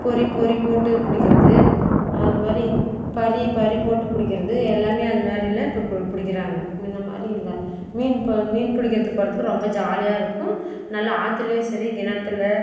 பொரி பொரி போட்டு பிடிக்கறது அது மாதிரி பறி பறி போட்டு பிடிக்கறது எல்லாமே அதுமாதிரில இப்போப்ப பிடிக்குறாங்க முன்னமாரி இல்லை மீன் இப்போ மீன் பிடிக்கறத்துக்கு போகிறத்துக்கு ரொம்ப ஜாலியாக இருக்கும் நல்லா ஆற்றுலையும் சரி கிணத்தில்